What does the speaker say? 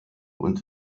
und